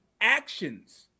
actions